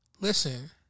Listen